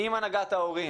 עם הנהגת ההורים,